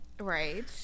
Right